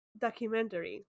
documentary